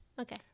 Okay